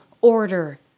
order